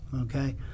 okay